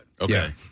Okay